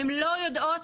שהן לא יודעות,